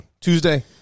Tuesday